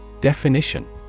Definition